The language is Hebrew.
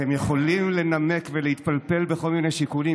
אתם יכולים לנמק ולהתפלפל בכל מיני שיקולים